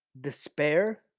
despair